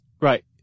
Right